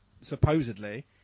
Supposedly